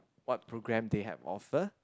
what program they have offer